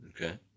Okay